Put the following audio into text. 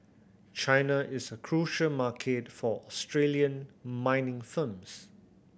China is a crucial market for Australian mining firms